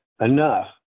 enough